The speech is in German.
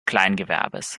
kleingewerbes